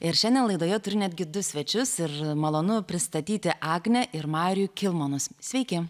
ir šiandien laidoje turiu netgi du svečius ir malonu pristatyti agnę ir marių kilmanus sveiki